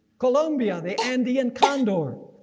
colombia, the andean condor.